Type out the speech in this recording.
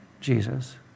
Jesus